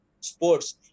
sports